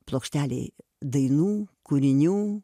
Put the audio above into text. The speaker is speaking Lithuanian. plokštelėj dainų kūrinių